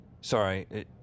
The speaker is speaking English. Sorry